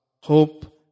Hope